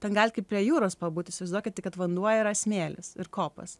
ten galit kaip prie jūros pabūt tik įsivaizduokit tik kad vanduo yra smėlis ir kopos